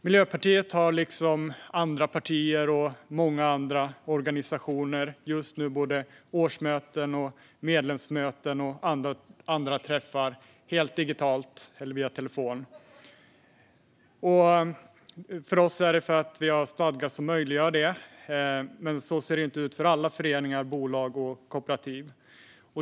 Miljöpartiet har, liksom andra partier och många organisationer, årsmöten, medlemsmöten och andra träffar helt digitalt eller via telefon. Vi har stadgar som möjliggör detta, men så ser det inte ut för alla föreningar, bolag och kooperativ.